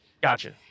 Gotcha